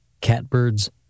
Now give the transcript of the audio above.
catbirds